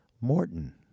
Morton